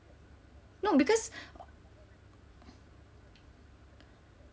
no because